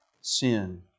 sin